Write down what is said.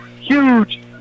Huge